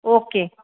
okay